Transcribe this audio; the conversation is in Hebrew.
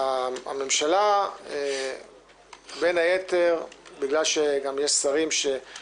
אבל זה שיש רציפות שלטונית,